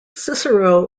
cicero